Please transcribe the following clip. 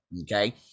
Okay